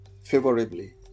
favorably